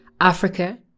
Africa